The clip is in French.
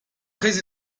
très